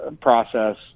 process